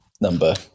number